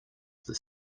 this